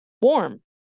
warm